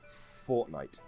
Fortnite